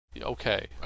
okay